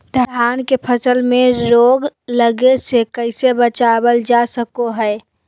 धान के फसल में रोग लगे से कैसे बचाबल जा सको हय?